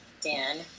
Dan